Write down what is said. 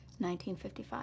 1955